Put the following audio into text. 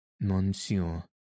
Monsieur